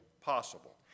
possible